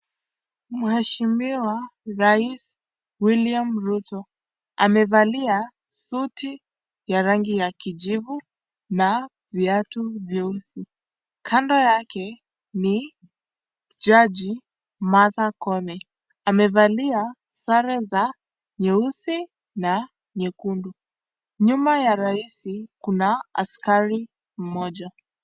Mheshimiwa rais William Ruto amevalia suti ya rangi ya kijivu na viatu vyeusi. Kando yake ni jaji Martha Koome. amevalia sare za nyeusi na nyekundu. Nyuma ya rais kuna askari mmoja.